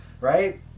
right